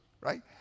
right